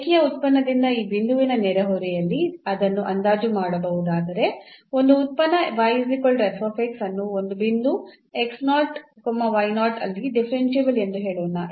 ರೇಖೀಯ ಉತ್ಪನ್ನದಿಂದ ಈ ಬಿಂದುವಿನ ನೆರೆಹೊರೆಯಲ್ಲಿ ಅದನ್ನು ಅಂದಾಜು ಮಾಡಬಹುದಾದರೆ ಒಂದು ಉತ್ಪನ್ನ ಅನ್ನು ಒಂದು ಬಿಂದು ಅಲ್ಲಿ ಡಿಫರೆನ್ಸಿಬಲ್ ಎಂದು ಹೇಳೋಣ